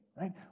right